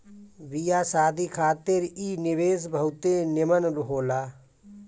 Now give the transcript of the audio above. बियाह शादी खातिर इ निवेश बहुते निमन होला